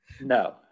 No